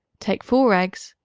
take four eggs,